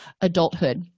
adulthood